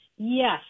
Yes